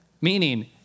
meaning